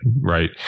Right